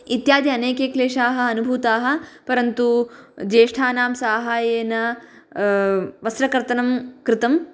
इत्यादि अनेके क्लेशाः अनुभूताः परन्तु ज्येष्ठानां साहाय्येन वस्त्रकर्तनं कृतं